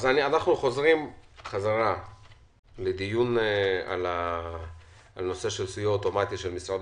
אנחנו חוזרים חזרה לדיון על הסיוע האוטומטי של משרד